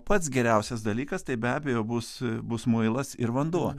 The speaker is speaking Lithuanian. pats geriausias dalykas tai be abejo bus bus muilas ir vanduo